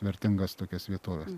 vertingas tokias vietoves